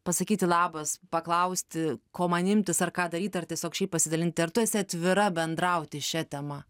pasakyti labas paklausti ko man imtis ar ką daryt ar tiesiog šiaip pasidalinti ar tu esi atvira bendrauti šia tema